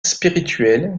spirituel